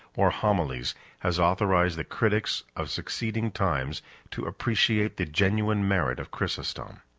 or homilies has authorized the critics of succeeding times to appreciate the genuine merit of chrysostom.